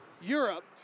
Europe